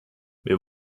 wir